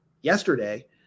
yesterday